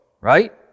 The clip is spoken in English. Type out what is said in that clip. right